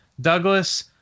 Douglas